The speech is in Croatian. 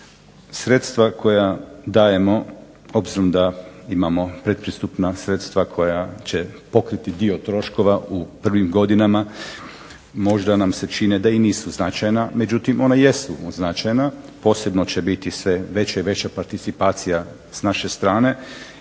sredstva koja dajemo obzirom da imamo pretpristupna sredstva koja će pokriti dio troškova u prvim godinama, možda nam se čine da i nisu značajna međutim ona jesu značajna, posebno će biti sve veća i veća participacija sa naše strane.